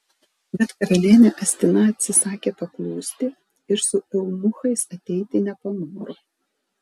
bet karalienė astina atsisakė paklusti ir su eunuchais ateiti nepanoro